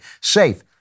safe